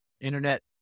internet